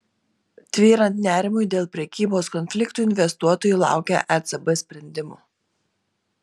tvyrant nerimui dėl prekybos konfliktų investuotojai laukia ecb sprendimų